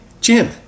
Jim